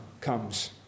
comes